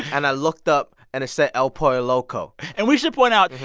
and i looked up, and it said, el pollo loco and we should point out,